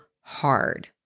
hard